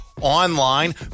Online